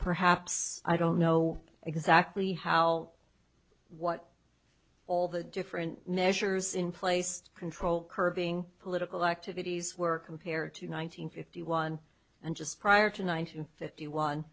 perhaps i don't know exactly how what all the different measures in place control curbing political activities were compared to one nine hundred fifty one and just prior to nine hundred fifty one